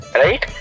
right